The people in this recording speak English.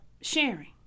sharing